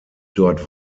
dort